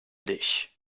dich